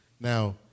now